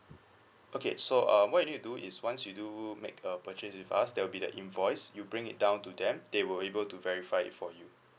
okay so uh what you need to do is once you do make a purchase with us there will be the invoice you bring it down to them they were able to verify it for you